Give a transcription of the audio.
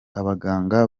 abaganga